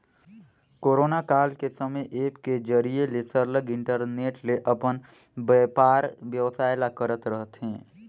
corona काल के समे ऐप के जरिए ले सरलग इंटरनेट ले अपन बयपार बेवसाय ल करत रहथें